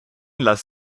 lass